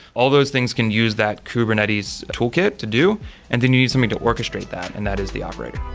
all those things can use that kubernetes toolkit to do and then you need something to orchestrate that and that is the operator